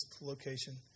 location